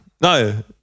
No